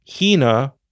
Hina